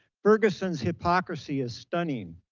ferguson's hypocrisy is stunning.